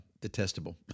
Detestable